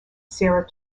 sarah